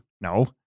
no